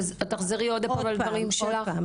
תחזרי עוד פעם על הדברים שלך.